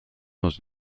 dans